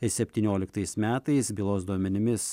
septynioliktais metais bylos duomenimis